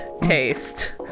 taste